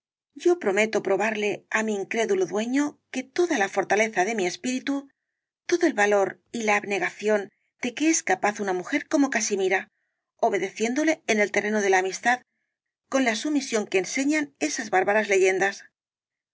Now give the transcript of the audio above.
yo prometo probarle á mi incrédulo dueño toda la fortaleza de mi espíritu todo el valor y la el caballero de las botas azules abnegación de que es capaz una mujer como casimira obedeciéndole en el terreno de la amistad con la sumisión que enseñan esas bárbaras leyendas